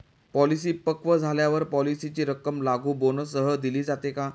Policy पक्व झाल्यावर पॉलिसीची रक्कम लागू बोनससह दिली जाते का?